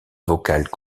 vocales